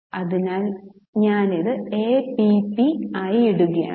അതിനാൽ ഞാൻ ഇത് APP ആയി ഇടുകയാണ്